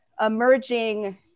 emerging